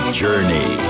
journey